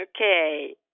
Okay